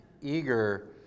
eager